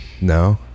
No